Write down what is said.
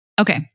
Okay